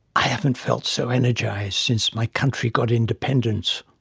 i haven't felt so energised since my country got independence.